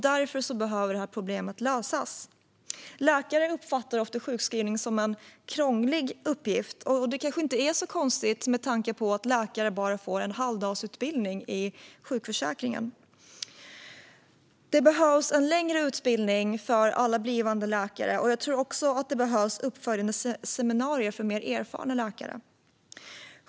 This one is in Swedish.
Därför behöver problemet lösas. Läkare uppfattar ofta sjukskrivning som en krånglig uppgift. Det kanske inte är så konstigt med tanke på att läkare bara får en halvdagsutbildning i sjukförsäkringen. Det behövs en längre utbildning för alla blivande läkare. Jag tror också att det behövs uppföljande seminarier för mer erfarna läkare.